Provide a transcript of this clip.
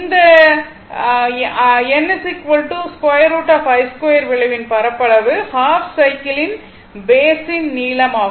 இந்த n √I2 வளைவின் பரப்பளவு ஹாஃப் சைக்கிளின் பேஸ் ன் நீளம் ஆகும்